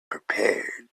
prepared